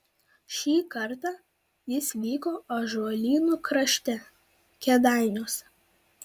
šį kartą jis vyko ąžuolynų krašte kėdainiuose